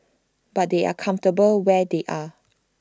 but they are comfortable where they are